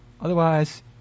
Otherwise